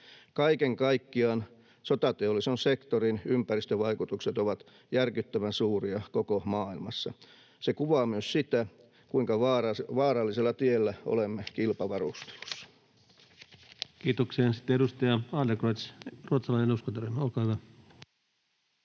Kaiken kaikkiaan sotateollisen sektorin ympäristövaikutukset ovat järkyttävän suuria koko maailmassa. Se kuvaa myös sitä, kuinka vaarallisella tiellä olemme kilpavarustelussa. Kiitoksia. — Ja sitten edustaja Adlercreutz, ruotsalainen eduskuntaryhmä, olkaa hyvä.